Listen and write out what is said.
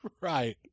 Right